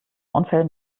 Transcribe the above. unfällen